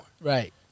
Right